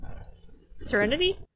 Serenity